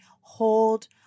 hold